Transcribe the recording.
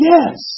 Yes